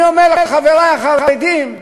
אני אומר לחברי החרדים: